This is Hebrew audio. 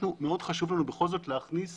מאוד חשוב לנו בכל זאת להכניס